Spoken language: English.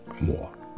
more